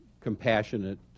compassionate